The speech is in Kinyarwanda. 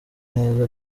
neza